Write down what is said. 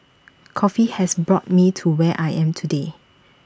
coffee has brought me to where I am today